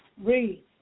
read